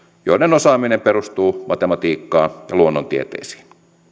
joiden osaaminen perustuu matematiikkaan ja luonnontieteisiin